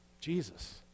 Jesus